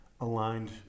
aligned